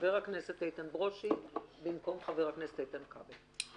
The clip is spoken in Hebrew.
חבר הכנסת איתן ברושי במקום חבר הכנסת איתן כבל.